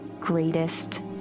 greatest